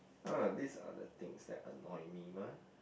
uh these are the things that annoy me mah